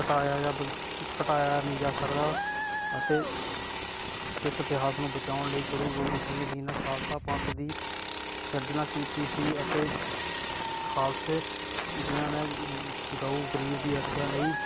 ਘਟਾਇਆ ਜਾਂ ਵ ਘਟਾਇਆ ਨਹੀਂ ਜਾ ਸਕਦਾ ਅਤੇ ਸਿੱਖ ਇਤਿਹਾਸ ਨੂੰ ਬਚਾਉਣ ਲਈ ਗੁਰੂ ਗੋਬਿੰਦ ਸਿੰਘ ਜੀ ਨੇ ਖਾਲਸਾ ਪੰਥ ਦੀ ਸਿਰਜਣਾ ਕੀਤੀ ਸੀ ਅਤੇ ਖਾਲਸੇ ਜਿਹਨਾਂ ਨੇ ਗਊ ਗਰੀਬ ਦੀ ਰੱਖਿਆ ਲਈ